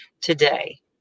today